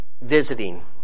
visiting